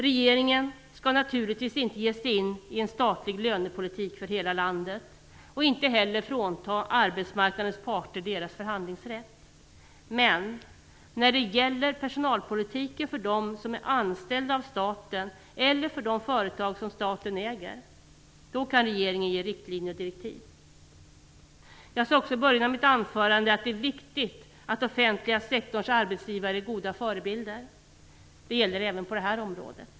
Regeringen skall naturligtvis inte ge sig in i en statlig lönepolitik för hela landet och heller inte frånta arbetsmarknadens parter deras förhandlingsrätt. Men när det gäller personalpolitiken för dem som är anställda av staten eller av de företag som staten äger, kan regeringen ge riktlinjer och direktiv. Jag sade också i början av mitt anförande att det är viktigt att den offentliga sektorns arbetsgivare är goda förebilder. Det gäller även på det här området.